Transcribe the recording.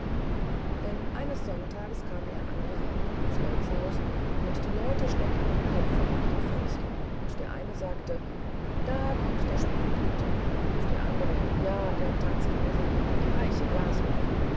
denn eines sonntags kam er angefahren ans wirtshaus und die leute streckten die köpfe durch die fenster und der eine sagte da kommt der spiel peter und der andere ja der tanzkaiser der reiche glasmann